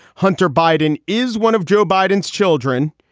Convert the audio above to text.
hunter biden is one of joe biden's children.